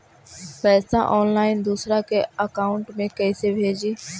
पैसा ऑनलाइन दूसरा के अकाउंट में कैसे भेजी?